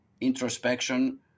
introspection